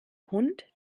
hund